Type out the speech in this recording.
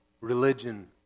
religion